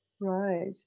Right